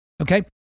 Okay